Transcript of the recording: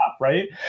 Right